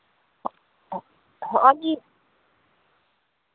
ᱦᱚᱸᱜᱼᱚ ᱱᱤᱭᱟᱹ